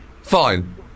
Fine